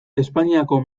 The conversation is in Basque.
espainiako